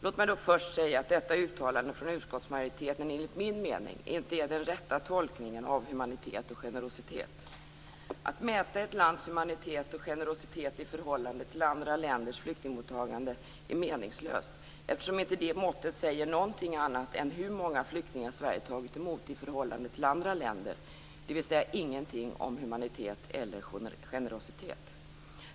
Låt mig först säga att detta uttalande från utskottsmajoriteten inte, enligt min mening, är den rätta tolkningen av humanitet och generositet. Att mäta ett lands humanitet och generositet i förhållande till andra länders flyktingmottagande är meningslöst eftersom det måttet inte säger något annat än hur många flyktingar som Sverige har tagit emot i förhållande till andra länder - dvs. ingenting om humanitet eller generositet.